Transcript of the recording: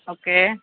okay